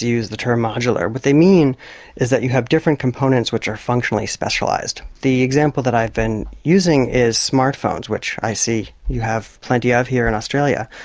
psychologists use the term modular, what they mean is that you have different components which are functionally specialised. the example that i've been using is smart phones, which i see you have plenty of here in australia.